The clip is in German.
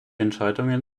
entscheidungen